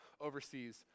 overseas